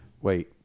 Wait